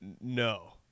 No